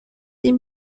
این